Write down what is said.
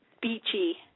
Beachy